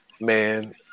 man